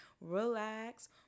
relax